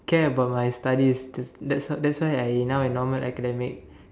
care about my studies that's that's that's why I now in normal academic